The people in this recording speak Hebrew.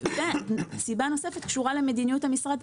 סיבה נוספת קשורה למדיניות המשרד,